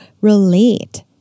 relate